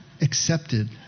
accepted